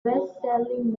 bestselling